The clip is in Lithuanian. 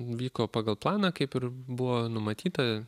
vyko pagal planą kaip ir buvo numatyta